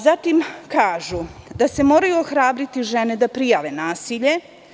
Zatim kažu da se moraju ohrabriti žene da prijave nasilje.